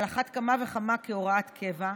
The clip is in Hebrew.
על אחת כמה וכמה כהוראת קבע,